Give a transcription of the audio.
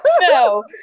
no